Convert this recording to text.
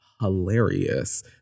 hilarious